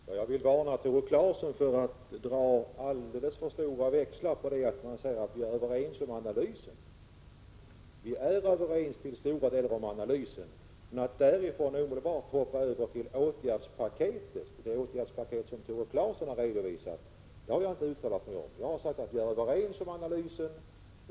Herr talman! Jag vill varna Tore Claeson för att dra alldeles för stora växlar på min reaktion genom att säga att vi är överens om analysen. Vi är visserligen i stora delar överens om själva analysen, men att därifrån omdelbart hoppa över till det åtgärdspaket som Tore Claeson har redovisat är en helt annat sak. Det har jag inte uttalat mig om, utan bara sagt att vi är överens om analysen.